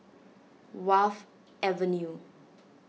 Wharf Avenue